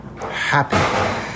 happy